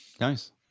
nice